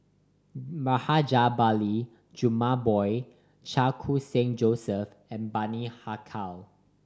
Rajabali Jumabhoy Chan Khun Sing Joseph and Bani Haykal